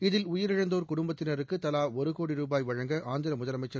இதில் உயிரிழந்தோர் குடும்பத்தினருக்கு தலா ஒரு கோடி ரூபாய் வழங்க ஆந்திர முதலமைச்சி